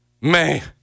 man